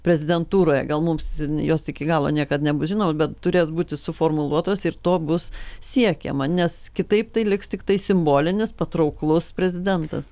prezidentūroje gal mums jos iki galo niekad nebus žinomos bet turės būti suformuluotos ir to bus siekiama nes kitaip tai liks tiktai simbolinis patrauklus prezidentas